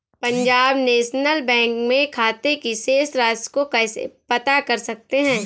Punjab National Bank में खाते की शेष राशि को कैसे पता कर सकते हैं?